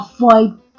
avoid